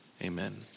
amen